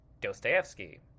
Dostoevsky